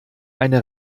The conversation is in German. eine